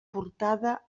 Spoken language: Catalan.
portada